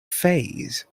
fays